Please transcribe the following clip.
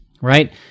right